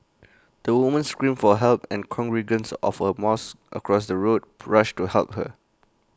the woman screamed for help and congregants of A mosque across the road rushed to help her